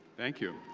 thank you.